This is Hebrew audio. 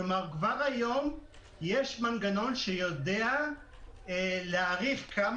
כלומר כבר היום יש מנגנון שיודע להעריך כמה